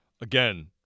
Again